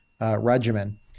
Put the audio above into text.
regimen